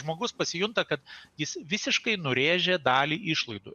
žmogus pasijunta kad jis visiškai nurėžė dalį išlaidų